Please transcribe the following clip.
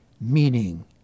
meaning